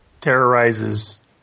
terrorizes